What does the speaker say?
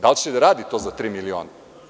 Da li će da radi to za tri miliona?